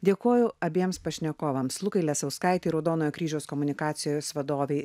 dėkoju abiems pašnekovams lukai lesauskaitei raudonojo kryžiaus komunikacijos vadovei